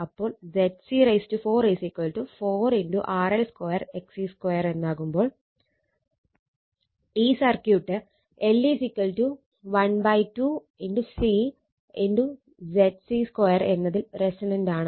അപ്പോൾ ZC4 4 RL 2 XC 2 എന്നാകുമ്പോൾ ഈ സർക്യൂട്ട് L 12 C ZC2 എന്നതിൽ റെസൊണന്റാണ്